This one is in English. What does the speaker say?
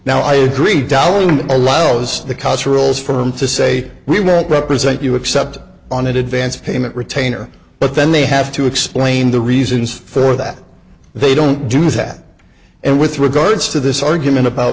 now i agree dalin allows the culture rules for him to say we want represent you except on advance payment retainer but then they have to explain the reasons for that they don't do that and with regards to this argument about